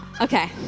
Okay